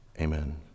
Amen